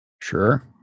Sure